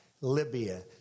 Libya